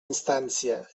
instància